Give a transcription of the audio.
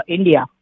India